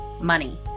money